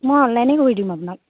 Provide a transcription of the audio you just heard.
মই অনলাইনে কৰি দিম আপোনাক